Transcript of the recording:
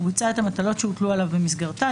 וביצע את המטלות שהוטלו עליו במסגרתה,